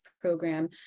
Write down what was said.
program